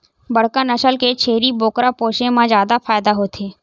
बड़का नसल के छेरी बोकरा पोसे म जादा फायदा होथे